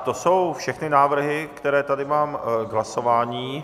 To jsou všechny návrhy, které tady mám k hlasování.